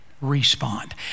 respond